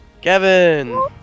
Kevin